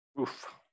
Oof